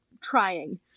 trying